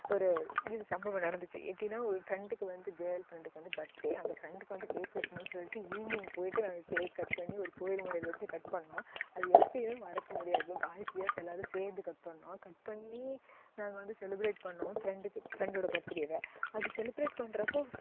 ஒரு இது சம்பவம் நடந்துச்சு எப்படின்னா ஒரு ஃப்ரெண்டுக்கு வந்து கேர்ள் ஃப்ரெண்டுக்கு வந்து பர்த்டே அந்த ஃப்ரெண்டுக்கு வந்து கேக் வெட்டணுன்னு சொல்லிட்டு ஈவ்னிங் போய்ட்டு நாங்கள் கேக் கட் பண்ணி ஒரு கோவில் முன்னாடி வெச்சு கட் பண்ணோம் அதை எப்போயுமே மறக்க முடியாது பாய்ஸ் கேர்ள்ஸ் எல்லோரும் சேர்ந்து கட் பண்ணோம் கட் பண்ணி நாங்கள் வந்து செலிப்ரேட் பண்ணோம் ஃப்ரெண்டுக்கு ஃப்ரெண்டோடய பர்த்டேவை அது செலிப்ரேட் பண்ணுறப்போ